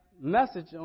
message